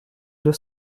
deux